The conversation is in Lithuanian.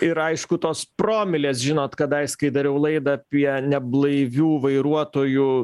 ir aišku tos promilės žinot kadais kai dariau laidą apie neblaivių vairuotojų